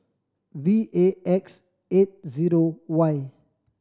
V A X eight zero Y